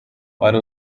wari